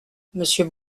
monsieur